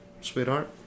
sweetheart